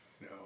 no